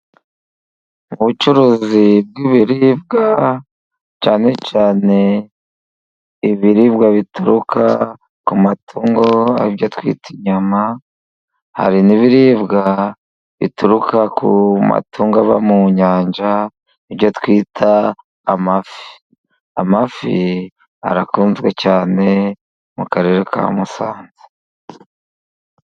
Ubucuruzi bw'ibiribwa, cyane cyane ibiribwa bituruka ku matungo aribyo twita inyama, hari n'ibiribwa bituruka ku matunga ava mu nyanja aribyo twita amafi, amafi arakunzwe cyane mu karere Ka Musanze.